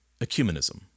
ecumenism